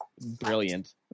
Brilliant